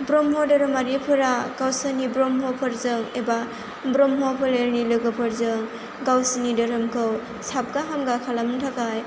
ब्रह्म धोरोमारिफोरा गावसोरनि ब्रह्मफोरजों एबा ब्रह्म फोलेरनि लोगोफोरजों गावसोरनि धोरोमखौ साबगा हामगा खालामनो थाखाय